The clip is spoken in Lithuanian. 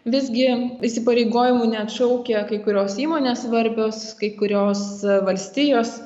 visgi įsipareigojimų neatšaukia kai kurios įmonės svarbios kai kurios valstijos